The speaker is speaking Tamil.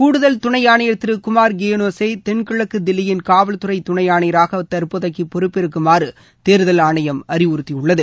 கூடுதல் துணை ஆணையர் திரு குமார் கியானேசை தென்கிழக்கு தில்லியின் காவல்துறை துணை ஆணையராக தற்போதைக்கு பொறுப்பேற்குமாறு தேர்தல் ஆணையம் அறிவுறுத்தியுள்ளது